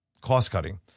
cost-cutting